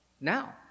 now